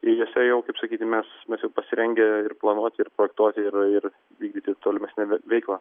ir jose jau kaip sakyti mes mes jau pasirengę ir planuoti ir projektuoti ir ir vykdyti tolimesnę veiklą